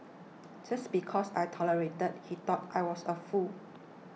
just because I tolerated he thought I was a fool